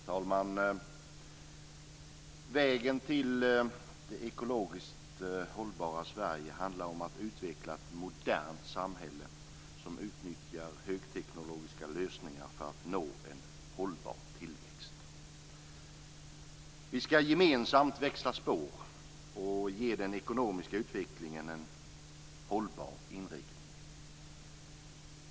Herr talman! Vägen till det ekologiskt hållbara Sverige handlar om att utveckla ett modernt samhälle som utnyttjar högteknologiska lösningar för att nå en hållbar tillväxt. Vi ska gemensamt växla spår och ge den ekonomiska utvecklingen en hållbar inriktning.